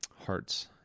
hearts